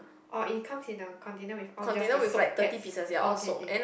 or it comes in a container with all just the soap pads oh K K